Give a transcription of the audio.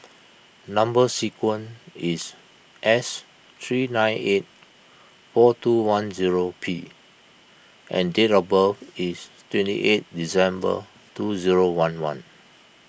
Number Sequence is S three nine eight four two one zero P and date of birth is twenty eighth December two zero one one